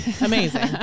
Amazing